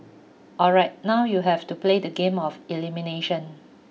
alright now you have to play the game of elimination